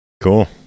Cool